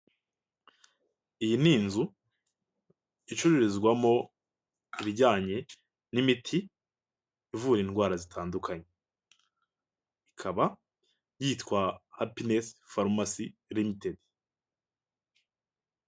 Iyi ni inzu icururizwamo ibijyanye n'imiti ivura indwara zitandukanye ikaba yitwa Happiness farumasi ltd.